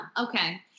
okay